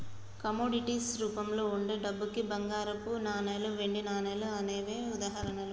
commodities రూపంలో వుండే డబ్బుకి బంగారపు నాణాలు, వెండి నాణాలు అనేవే ఉదాహరణలు